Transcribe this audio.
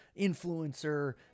influencer